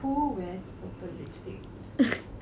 who wears purple lipstick